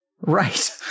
Right